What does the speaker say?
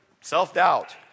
self-doubt